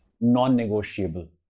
non-negotiable